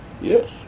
Yes